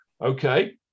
okay